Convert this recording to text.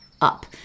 up